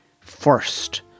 first